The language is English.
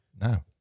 no